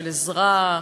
של עזרה,